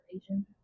Asian